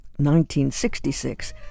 1966